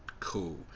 cool